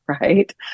right